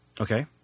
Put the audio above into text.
Okay